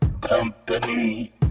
Company